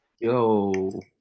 Yo